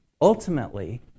Ultimately